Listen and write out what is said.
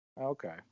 Okay